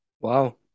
Wow